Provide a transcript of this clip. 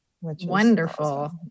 Wonderful